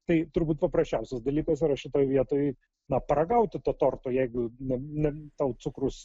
tai turbūt paprasčiausias dalykas yra šitoj vietoj na paragauti to torto jeigu ne ne tau cukrus